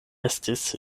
estis